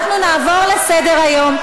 אנחנו נעבור לסדר-היום.